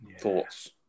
thoughts